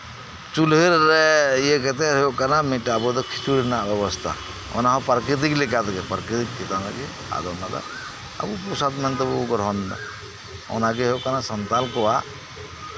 ᱪᱩᱞᱦᱟᱹ ᱨᱮ ᱤᱭᱟᱹ ᱠᱟᱛᱮᱜ ᱦᱩᱭᱩᱜ ᱠᱟᱱᱟ ᱟᱵᱚ ᱫᱚ ᱠᱷᱤᱪᱩᱲᱤ ᱨᱮᱱᱟᱜ ᱵᱮᱵᱚᱥᱛᱷᱟ ᱚᱱᱟᱦᱚᱸ ᱯᱨᱟᱠᱤᱛᱤᱠ ᱪᱮᱛᱟᱱ ᱨᱮ ᱟᱨ ᱚᱱᱟ ᱫᱚ ᱯᱨᱚᱥᱟᱫ ᱢᱮᱱᱛᱮ ᱵᱚᱱ ᱜᱚᱨᱦᱚᱱ ᱫᱟ ᱚᱱᱟᱜᱮ ᱦᱩᱭᱩᱜ ᱠᱟᱱᱟ ᱥᱟᱱᱛᱟᱞ ᱠᱚᱣᱟᱜ